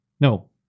No